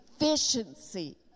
efficiency